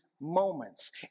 moments